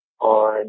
on